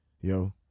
yo